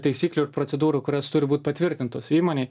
taisyklių ir procedūrų kurios turi būt patvirtintos įmonėj